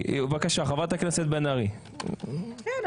חברת הכנסת בן ארי, בבקשה.